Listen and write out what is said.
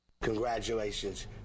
Congratulations